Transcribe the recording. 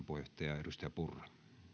puheenjohtaja edustaja purra